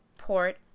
Port